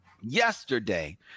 yesterday